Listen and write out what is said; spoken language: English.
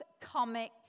comic